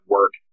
Work